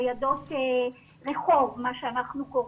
ניידות רחוב מה שאנחנו קוראים,